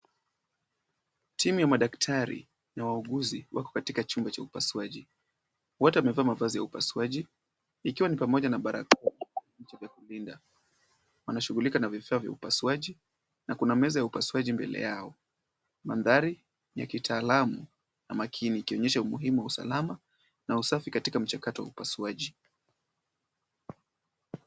Timu ya madaktari na wauguzi wako katika chumba cha upasuaji, wote wamevaa vazi la upasuaji. Ikiwa ni pamoja na barakoa, cha vya kulinda. Wanashugulika na vifaa vya upasuaji na kuna meza ya upasuaji mbele yao. Mandhari ya kitaalamu na makini ikionyesha umuhimu wa usalama na usafi katika mchakato wa upasuaji.